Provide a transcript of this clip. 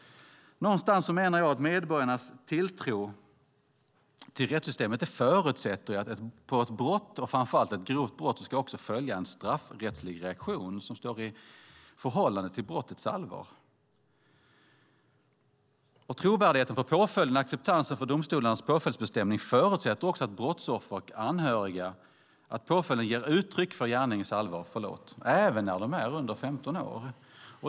Jag menar att medborgarnas tilltro till rättssystemet förutsätter att det på ett brott, framför allt ett grovt brott, ska följa en straffrättslig reaktion som står i relation till brottets allvar. Trovärdigheten för påföljden och acceptansen för domstolarnas påföljdsbestämning förutsätter, för brottsoffer och anhöriga, att påföljden ger uttryck för gärningens allvar även när förövaren är under 15 år.